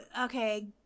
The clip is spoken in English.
okay